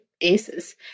aces